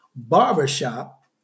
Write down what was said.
barbershop